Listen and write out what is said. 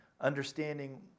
Understanding